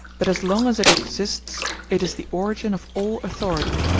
but as long as it exists it is the origin of all authority,